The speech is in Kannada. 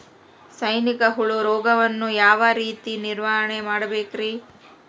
ಸೈನಿಕ ಹುಳು ರೋಗವನ್ನು ಯಾವ ರೇತಿ ನಿರ್ವಹಣೆ ಮಾಡಬೇಕ್ರಿ?